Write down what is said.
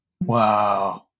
Wow